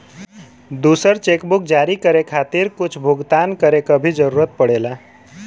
दूसर चेकबुक जारी करे खातिर कुछ भुगतान करे क भी जरुरत पड़ेला